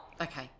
Okay